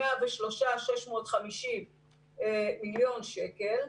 103.65 מיליון שקל,